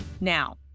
Now